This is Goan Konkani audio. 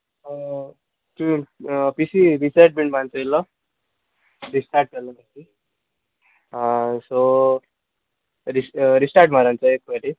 तूं पी सी रिसेट बी मारून चोयल्लो रिस्टाट जाल्ले सो रि रिस्टाट मारचो एक पाटी